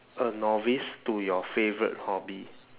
a novice to your favourite hobby